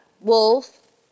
Wolf